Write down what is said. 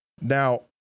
Now